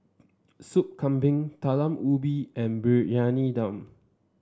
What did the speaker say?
Soup Kambing Talam Ubi and Briyani Dum